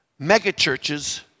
megachurches